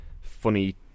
funny